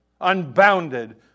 unbounded